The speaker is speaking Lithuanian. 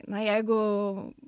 na jeigu